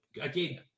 Again